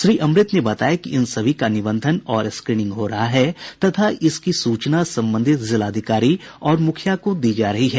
श्री अमृत ने बताया कि इन सभी का निबंधन और स्क्रींनिंग हो रहा है तथा इसकी सूचना संबंधित जिलाधिकारी और मुखिया को दी जा रही है